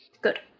Good